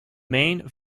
main